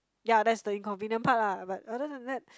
ya that's the inconvenient part lah but other than that